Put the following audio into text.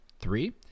Three